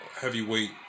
heavyweight